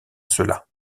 cela